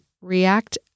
react